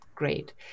Great